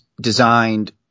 designed –